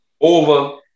over